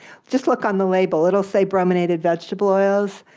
just look on the label. it'll say brominated vegetable oils,